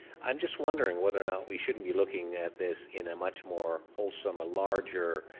i'm just wondering whether or not we shouldn't be looking at this in a much more whole some or larger